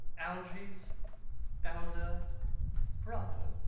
algy's elder brother!